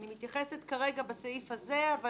אני מתייחסת כרגע בסעיף הזה אבל